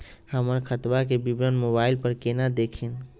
हमर खतवा के विवरण मोबाईल पर केना देखिन?